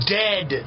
dead